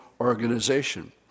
organization